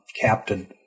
captain